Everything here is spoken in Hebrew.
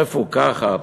מפוקחת.